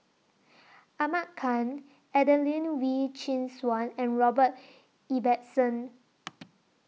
Ahmad Khan Adelene Wee Chin Suan and Robert Ibbetson